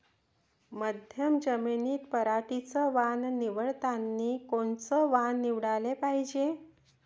मध्यम जमीनीत पराटीचं वान निवडतानी कोनचं वान निवडाले पायजे?